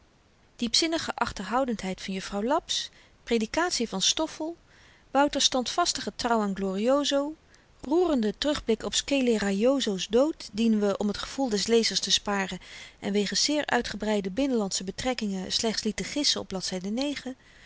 diepzinnige achterhoudendheid van juffrouw laps predikatie van stoffel wouters standvastige trouw aan glorioso roerende terugblik op scelerajoso's dood dien we om t gevoel des lezers te sparen en wegens zeer uitgebreide binnenlandsche betrekkingen slechts lieten gissen op